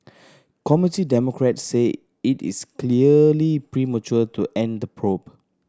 Committee Democrats say it is clearly premature to end the probe